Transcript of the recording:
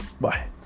Bye